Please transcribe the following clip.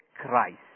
Christ